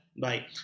bye